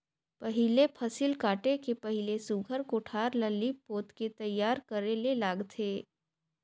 पहिले फसिल काटे के पहिले सुग्घर कोठार ल लीप पोत के तइयार करे ले लागथे